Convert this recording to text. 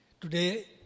today